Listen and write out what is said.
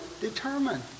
determined